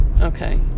Okay